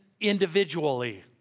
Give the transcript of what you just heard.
individually